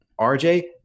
rj